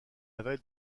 avait